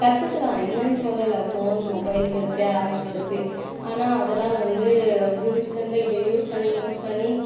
கற்றுக்கலாம் இல்லைன்னு சொல்லலை ஃபோன் மொபைல்ஸ் வச்சு ஆப்ஸ் வச்சு ஆனால் அதெல்லாம் வந்து ஃப்யூச்சர்ல இப்போ யூஸ் பண்ணி யூஸ் பண்ணி